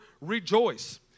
rejoice